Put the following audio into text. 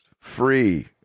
free